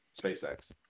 SpaceX